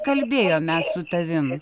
kalbėjom mes su tavim